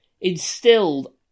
instilled